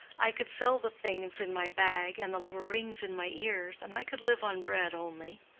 i could sell the things in my bag, and the little rings in my ears, and i could live on bread only.